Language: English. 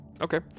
Okay